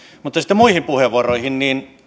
mutta sitten muihin puheenvuoroihin